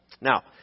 Now